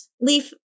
leaf